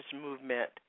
movement